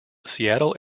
seattle